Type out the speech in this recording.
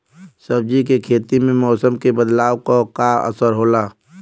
सब्जी के खेती में मौसम के बदलाव क का असर होला?